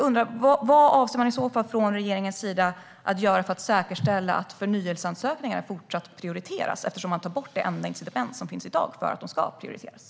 Vad avser regeringen att göra för att säkerställa att förnyelseansökningar fortsätter att prioriteras? Man tar ju bort det enda incitament som finns för att de ska prioriteras.